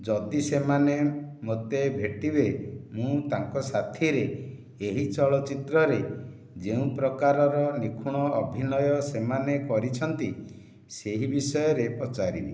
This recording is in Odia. ଯଦି ସେମାନେ ମୋତେ ଭେଟିବେ ମୁଁ ତାଙ୍କ ସାଥିରେ ଏହି ଚଳଚିତ୍ରରେ ଯେଉଁ ପ୍ରକାରର ନିଖୁଣ ଅଭିନୟ ସେମାନେ କରିଛନ୍ତି ସେହି ବିଷୟରେ ପଚାରିବି